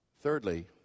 Thirdly